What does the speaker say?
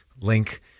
link